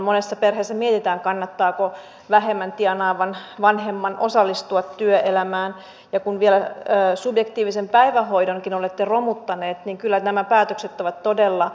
monessa perheessä mietitään kannattaako vähemmän tienaavan vanhemman osallistua työelämään ja kun vielä subjektiivisen päivähoidonkin olette romuttaneet niin kyllä nämä päätökset ovat todella lapsivihamielisiä